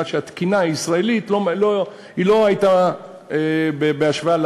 שהתקינה הישראלית לא הייתה בהשוואה,